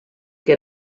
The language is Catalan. que